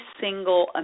single